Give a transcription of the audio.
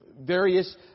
Various